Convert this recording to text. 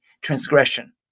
transgression